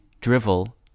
drivel